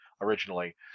originally